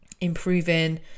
improving